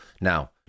Now